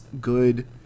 good